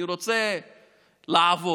אני רוצה לעבוד,